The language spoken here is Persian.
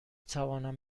توانم